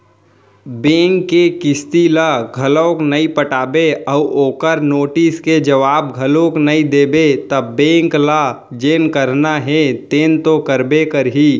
bank के किस्ती ल घलोक नइ पटाबे अउ ओखर नोटिस के जवाब घलोक नइ देबे त बेंक ल जेन करना हे तेन तो करबे करही